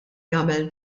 jagħmel